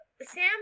Sam